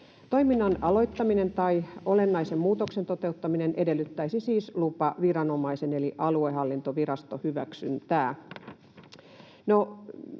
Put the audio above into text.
Toiminnan aloittaminen tai olennaisen muutoksen toteuttaminen edellyttäisi siis lupaviranomaisen eli aluehallintoviraston hyväksyntää.